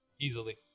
Easily